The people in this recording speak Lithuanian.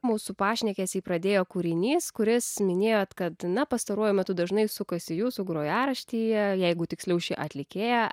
mūsų pašnekesį pradėjo kūrinys kuris minėjot kad na pastaruoju metu dažnai sukasi jūsų grojaraštyje jeigu tiksliau ši atlikėja